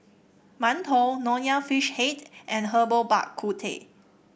Mantou Nonya Fish Head and Herbal Bak Ku Teh